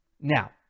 Now